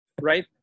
right